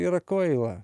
yra kvaila